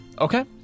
Okay